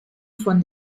von